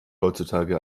heutzutage